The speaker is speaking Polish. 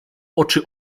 oczy